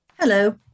Hello